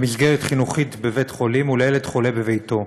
במסגרת חינוכית בבית-חולים, ולילד חולה, בביתו.